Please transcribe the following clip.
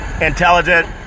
intelligent